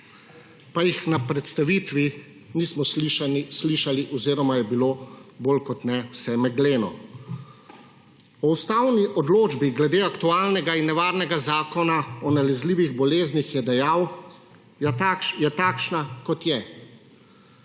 pa jih na predstavitvi nismo slišali oziroma je bilo bolj kot ne vse megleno. O ustavni odločbi glede aktualnega in nevarnega zakona o nalezljivih boleznih je dejal: »Je takšna, kot je.«